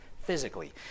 physically